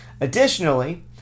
Additionally